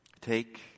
Take